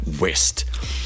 west